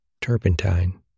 turpentine